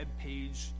webpage